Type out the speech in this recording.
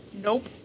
Nope